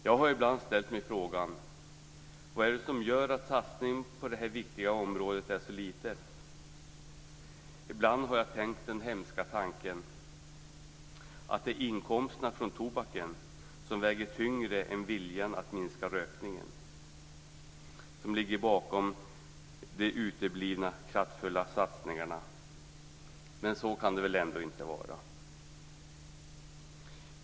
Jag har ibland ställt mig frågan vad det är som gör att satsningen på det här viktiga området är så liten. Ibland har jag tänkt den hemska tanken att det som ligger bakom uteblivna kraftfulla satsningar är att inkomsterna från tobaken väger tyngre än viljan att minska rökningen. Men så kan det väl ändå inte vara.